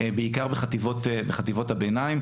בעיקר בחטיבות הביניים,